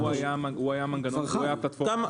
אבל הוא היה מנגנון --- הוא היה בתוקף.